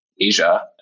Asia